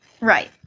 Right